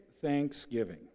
thanksgiving